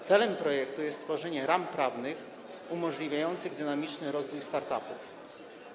Celem projektu jest tworzenie ram prawnych umożliwiających dynamiczny rozwój start-upów.